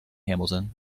hamilton